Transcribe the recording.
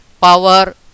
power